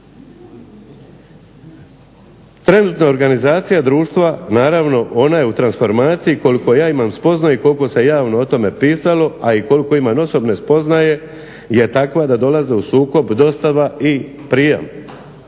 Trenutna organizacija društva naravno ona je u transformaciji koliko ja imam spoznaju i koliko se javno o tome pisalo, a i koliko imam osobne spoznaje je takva da dolaze u sukob dostava i prijam.